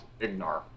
Ignar